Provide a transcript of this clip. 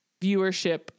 viewership